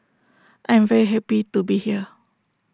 I am very happy to be here